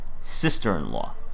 sister-in-law